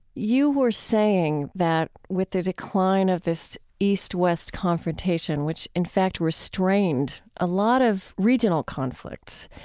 you were saying that with the decline of this east-west confrontation, which in fact restrained a lot of regional conflicts,